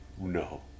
No